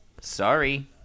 Sorry